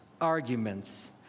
arguments